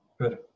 Good